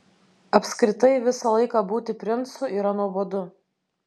apskritai visą laiką būti princu yra nuobodu